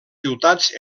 ciutats